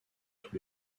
tous